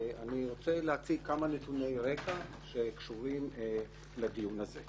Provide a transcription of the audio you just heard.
אני רוצה להציג כמה נתוני רקע שקשורים לדיון הזה.